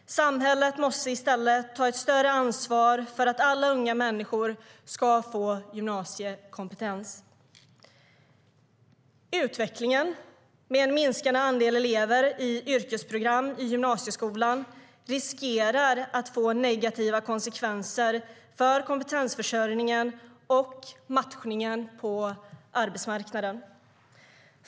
Samhället måste i stället ta ett större ansvar för att alla unga människor ska få gymnasieutbildning. Utvecklingen med en minskande andel elever i yrkesprogram i gymnasieskolan riskerar att få negativa konsekvenser för kompetensförsörjningen och matchningen på arbetsmarknaden.